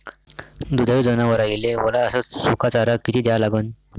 दुधाळू जनावराइले वला अस सुका चारा किती द्या लागन?